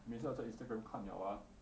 每次 ah 在 instagram 看 liao ah